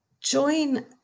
join